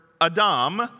Adam